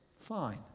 fine